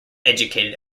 educated